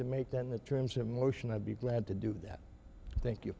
to make that in the terms of motion i'd be glad to do that thank you